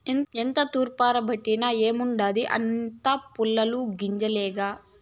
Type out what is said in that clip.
ఎంత తూర్పారబట్టిన ఏముండాది అన్నీ పొల్లు గింజలేగా